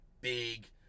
big